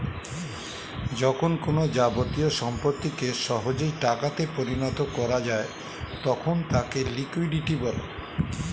যখন কোনো যাবতীয় সম্পত্তিকে সহজেই টাকা তে পরিণত করা যায় তখন তাকে লিকুইডিটি বলে